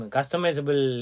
Customizable